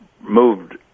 moved